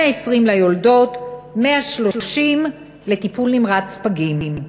120 ליולדות, 130 לטיפול נמרץ פגים.